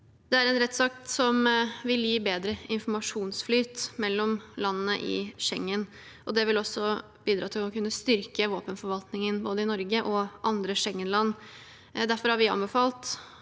Det er en rettsakt som vil gi bedre informasjonsflyt mellom landene i Schengen, og det vil også bidra til å kunne styrke våpenforvaltningen både i Norge og i andre Schengen-land. Derfor har vi anbefalt